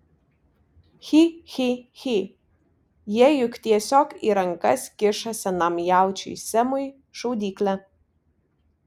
chi chi chi jie juk tiesiog į rankas kiša senam jaučiui semui šaudyklę